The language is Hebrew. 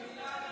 כמה זמן בערך?